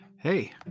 Hey